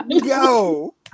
go